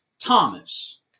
Thomas